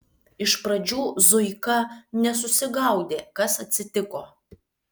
iš pradžių zuika nesusigaudė kas atsitiko